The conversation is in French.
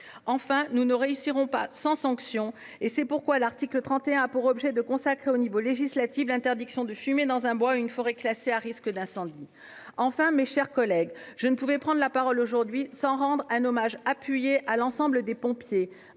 Nous ne réussirons pas sans sanctions. C'est pourquoi l'article 31 a pour objet de consacrer au niveau législatif l'interdiction de fumer dans un bois ou une forêt classée à risque d'incendie. Enfin, mes chers collègues, je ne pouvais prendre la parole aujourd'hui sans rendre un hommage appuyé à l'ensemble des pompiers.